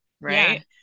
Right